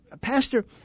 Pastor—